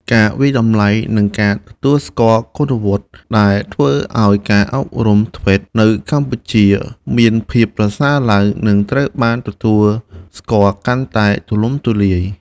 ការវាយតម្លៃ និងការទទួលស្គាល់គុណវុឌ្ឍិ ដែលធ្វើឱ្យការអប់រំ ធ្វេត TVET នៅកម្ពុជាមានភាពប្រសើរឡើង និងត្រូវបានទទួលស្គាល់កាន់តែទូលំទូលាយ។